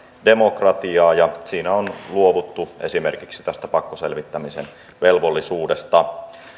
demokratiaa ja siinä on luovuttu esimerkiksi tästä pakkoselvittämisen velvollisuudesta